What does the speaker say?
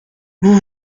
vous